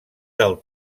del